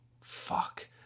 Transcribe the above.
Fuck